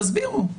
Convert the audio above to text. תסבירו.